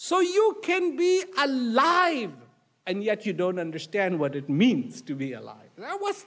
so you can be alive and yet you don't understand what it means to be alive now what's